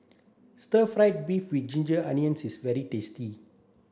stir fried beef with ginger onions is very tasty